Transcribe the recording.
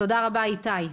תודה רבה, איתי.